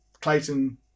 Clayton